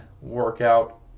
workout